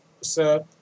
sir